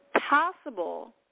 possible